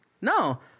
No